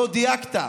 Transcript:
לא דייקת.